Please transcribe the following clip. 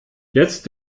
jetzt